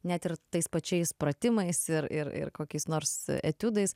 net ir tais pačiais pratimais ir ir ir kokiais nors etiudais